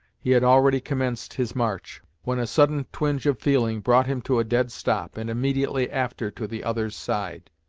he had already commenced his march, when a sudden twinge of feeling brought him to a dead stop, and immediately after to the other's side.